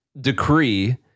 decree